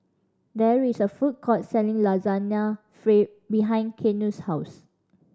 there is a food court selling Lasagna behind Keanu's house